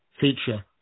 feature